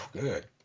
Good